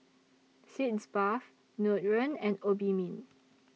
Sitz Bath Nutren and Obimin